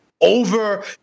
over